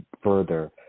further